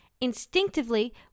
Instinctively